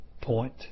point